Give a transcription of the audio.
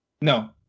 No